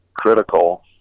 critical